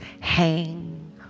hang